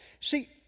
See